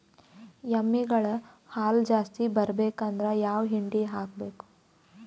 ಎಮ್ಮಿ ಗಳ ಹಾಲು ಜಾಸ್ತಿ ಬರಬೇಕಂದ್ರ ಯಾವ ಹಿಂಡಿ ಹಾಕಬೇಕು?